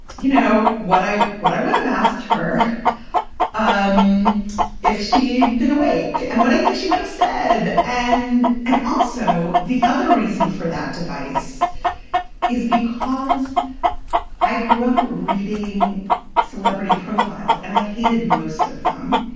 you know, what i what i would have asked her um if she'd been awake and what i think she would have said. and and also the other reason for that device is because i grew up reading celebrity profiles and i hated most of them.